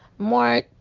More